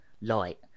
light